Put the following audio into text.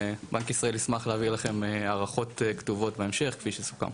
ובנק ישראל ישמח להעביר אליכם הערכות כתובות בהמשך כפי שסוכם.